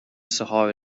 sahara